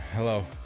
Hello